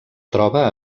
troba